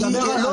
זאת התשובה לכך.